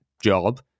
job